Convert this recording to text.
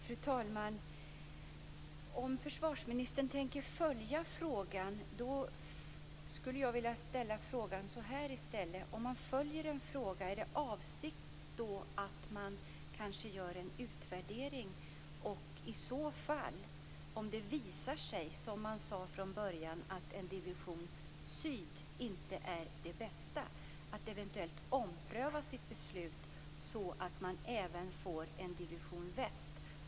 Fru talman! Om försvarsministern tänker följa frågan skulle jag vill ställa frågan så här i stället: Om man följer en fråga, är avsikten då att man kanske gör en utvärdering? Och om det visar sig, som man sade från början, att en Division Syd inte är det bästa, är man då beredd att eventuellt ompröva sitt beslut så att man även får en Division Väst?